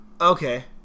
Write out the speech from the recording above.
okay